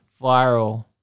viral